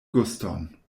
guston